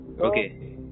Okay